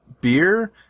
beer –